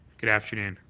good afternoon.